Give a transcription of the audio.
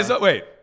Wait